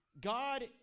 God